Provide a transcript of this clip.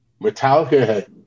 Metallica